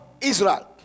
israel